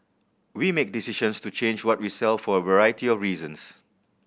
we make decisions to change what we sell for a variety of reasons